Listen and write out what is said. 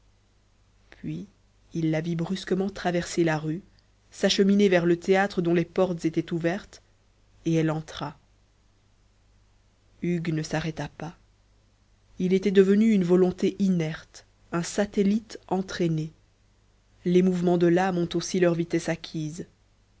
puis il la vit brusquement traverser la rue s'acheminer vers le théâtre dont les portes étaient ouvertes et elle entra hugues ne s'arrêta pas il était devenu une volonté inerte un satellite entraîné les mouvements de l'âme ont aussi leur vitesse acquise